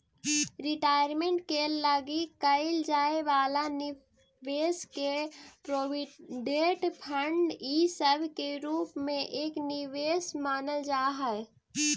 retirement के लगी कईल जाए वाला निवेश के प्रोविडेंट फंड इ सब के रूप में एक निवेश मानल जा हई